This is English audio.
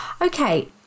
Okay